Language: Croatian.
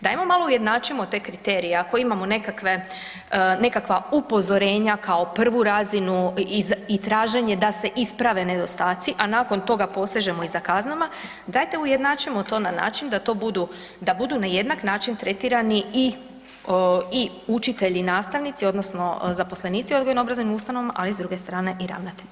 Dajmo malo ujednačimo te kriterije, ako imamo nekakve, nekakva upozorenja kao prvu razinu i traženje da se isprave nedostaci, a nakon toga posežemo i za kaznama dajte ujednačimo to na način da to budu, da budu na jednak način tretirani i učitelji, nastavnici odnosno zaposlenici u odgojno obrazovnim ustanovama ali i s druge strane i ravnatelji.